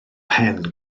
pen